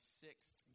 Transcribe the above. sixth